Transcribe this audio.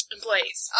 Employees